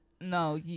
no